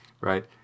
Right